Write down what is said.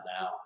now